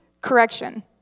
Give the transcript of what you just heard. correction